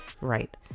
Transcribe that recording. right